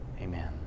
Amen